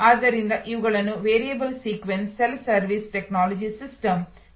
ಆದ್ದರಿಂದ ಇವುಗಳನ್ನು variable sequence self service technology systems ಎಂದು ಕರೆಯಲಾಗುತ್ತದೆ